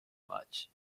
much